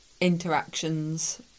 interactions